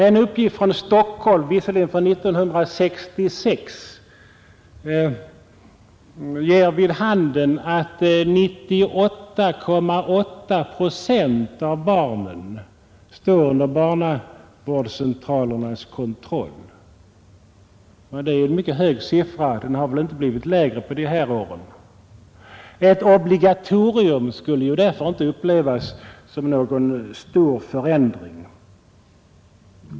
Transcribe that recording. En uppgift från Stockholm — visserligen för 1966 — ger vid handen att 98,8 procent av barnen står under barnavårdscentralernas kontroll. Det är en mycket hög siffra, och den har väl inte blivit lägre under de senaste åren. Ett obligatorium skulle ju därför inte upplevas som någon stor förändring.